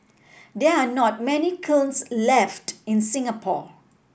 there are not many kilns left in Singapore